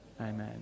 Amen